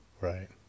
Right